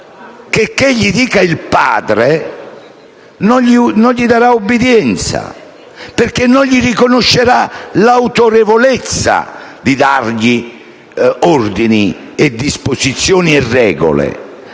quel figlio non gli darà ubbidienza, perché non gli riconoscerà l'autorevolezza di dargli ordini, disposizioni e regole.